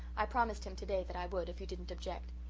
i promised him today that i would, if you didn't object.